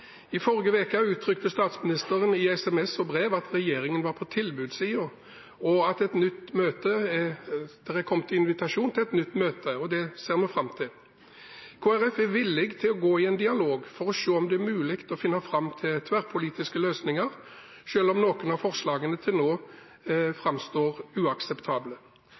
I forrige uke uttrykte statsministeren i SMS og brev at regjeringen var på tilbudssiden. Det er kommet invitasjon til et nytt møte, og det ser vi fram til. Kristelig Folkeparti er villig til å gå i en dialog for å se om det er mulig å finne fram til tverrpolitiske løsninger, selv om noen av forslagene til nå framstår som uakseptable.